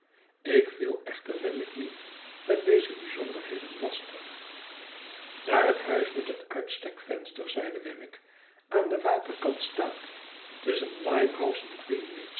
ik viel echter wemmick niet met deze bijzonderheden lastig daar het huis met het uitstekvenster zeide wemmick aan den waterkant staat tusschen limehouse